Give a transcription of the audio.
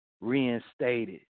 reinstated